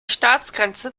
staatsgrenze